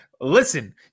listen